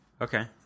Okay